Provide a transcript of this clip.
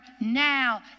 now